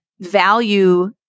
value